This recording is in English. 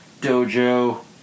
dojo